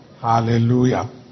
Hallelujah